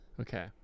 Okay